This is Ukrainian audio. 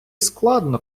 складно